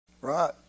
Right